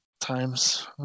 times